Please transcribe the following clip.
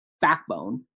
backbone